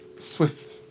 swift